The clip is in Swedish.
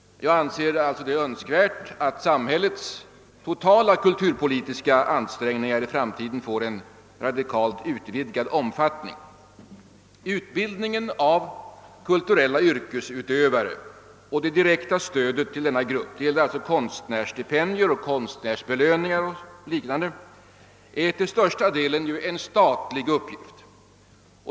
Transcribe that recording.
Jag anser det alltså önskvärt att samhällets totala kulturpolitiska ansträngningar i framtiden får en radikalt utvidgad omfattning. denna grupp — det gäller alltså konstnärsstipendier, konstnärsbelöningar o. d. — är ju till största delen en stat lig uppgift.